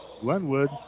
Glenwood